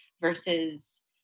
versus